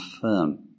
firm